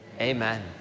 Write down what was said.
Amen